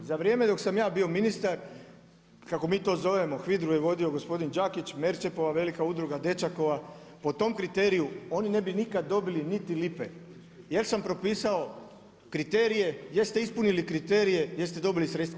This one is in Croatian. Za vrijeme dok sam ja bio ministar, kako mi to zovemo HVIDR-u je vodio gospodin Đakić, Merčepova velika udruga, Dečakova, po tom kriteriju, oni ne bi nikad dobili niti lipe jer sam propisao kriterije, jeste ispunili kriterije, jeste dobili sredstva.